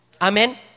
Amen